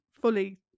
fully